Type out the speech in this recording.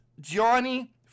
Johnny